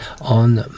on